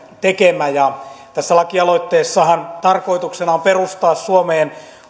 tekemä tässä lakialoitteessahan tarkoituksena on perustaa suomeen